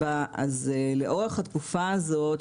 לאורך התקופה הזאת,